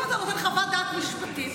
אם אתה נותן חוות דעת משפטית,